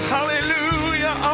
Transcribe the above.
Hallelujah